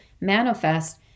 manifest